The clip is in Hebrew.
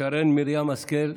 שרן מרים השכל,